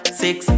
six